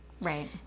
Right